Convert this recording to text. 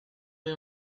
you